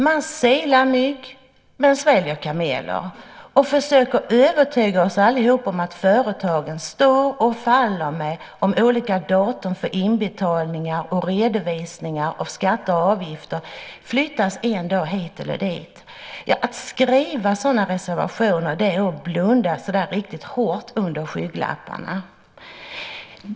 Man silar mygg men sväljer kameler och försöker övertyga oss alla om att företagen står och faller med om olika datum för inbetalningar och redovisningar av skatter och avgifter flyttas en dag hit eller dit. Att skriva sådana reservationer är att blunda riktigt hårt under skygglapparna.